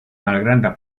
malgranda